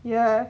ya